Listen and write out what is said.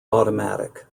automatic